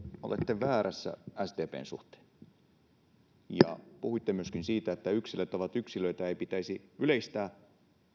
olette väärässä sdpn suhteen puhuitte myöskin siitä että yksilöt ovat yksilöitä ja ei pitäisi yleistää